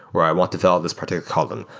or i want to fill out this particular column.